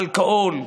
אלכוהול.